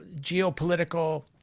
geopolitical